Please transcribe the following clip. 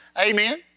Amen